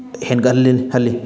ꯍꯦꯟꯒꯠ ꯍꯜꯂꯤ